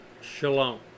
Shalom